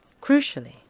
Crucially